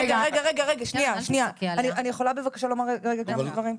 רגע, רגע, שנייה, אני יכולה בבקשה לומר כמה דברים?